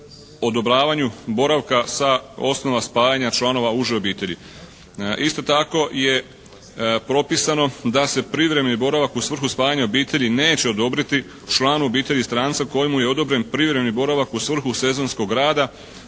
odobravanju boravka sa osnova spajanja članova uže obitelji. Isto tako je propisano da se privremeni boravak u svrhu spajanja obitelji neće odobriti članu obitelji stranca kojemu je odobreni privremeni boravak u svrhu sezonskog rada,